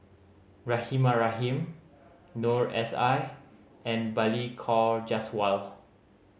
Rahimah Rahim Noor S I and Balli Kaur Jaswal